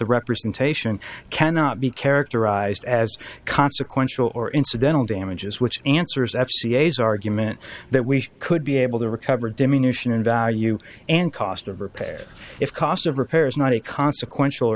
the representation cannot be characterized as consequential or incidental damages which answers f c s argument that we could be able to recover a diminution in value and cost of repair if cost of repair is not a consequential